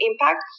impact